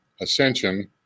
ascension